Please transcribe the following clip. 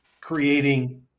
creating